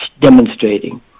demonstrating